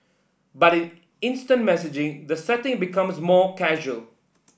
but in instant messaging the setting becomes more casual